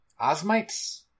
Osmites